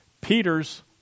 Peter's